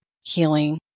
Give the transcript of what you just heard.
healing